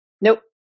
Nope